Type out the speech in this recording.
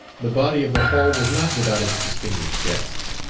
the body of the hall was not without its distinguished guests.